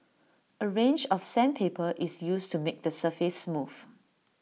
A range of sandpaper is used to make the surface smooth